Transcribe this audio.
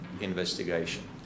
investigation